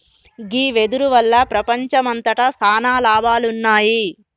గీ వెదురు వల్ల ప్రపంచంమంతట సాన లాభాలున్నాయి